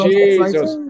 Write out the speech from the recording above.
Jesus